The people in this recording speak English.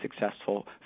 successful